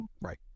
Right